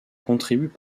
contribuent